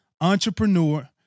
entrepreneur